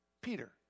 Peter